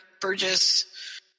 Burgess